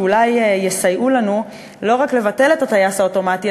שאולי יסייעו לנו לא רק לבטל את הטייס האוטומטי